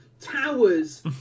Towers